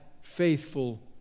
faithful